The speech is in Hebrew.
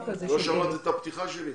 לא שמעת את הפתיחה שלי?